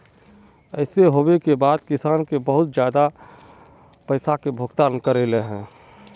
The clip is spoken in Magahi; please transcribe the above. ऐसे होबे के बाद किसान के बहुत ज्यादा पैसा का भुगतान करले है?